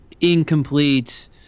incomplete